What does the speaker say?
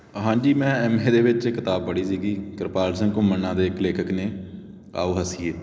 ਹਾਂਜੀ ਮੈਂ M A ਦੇ ਵਿੱਚ ਇੱਕ ਕਿਤਾਬ ਪੜ੍ਹੀ ਸੀਗੀ ਕਿਰਪਾਲ ਸਿੰਘ ਘੁੰਮਣ ਨਾਂ ਦੇ ਇੱਕ ਲੇਖਕ ਨੇ ਆਓ ਹੱਸੀਏ